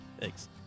Thanks